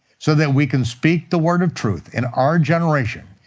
so that we can speak the word of truth in our generation,